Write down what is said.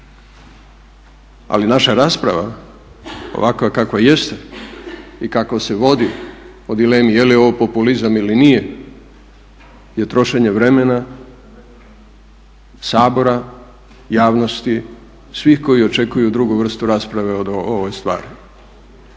Ali naša rasprava ovakva kakva jeste i kako se vodi o dilemi je li ovo populizam ili nije, je trošenje vremena Sabora, javnosti, svih koji očekuju drugu vrstu rasprave o ovoj stvari.